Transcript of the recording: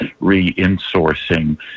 reinsourcing